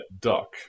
duck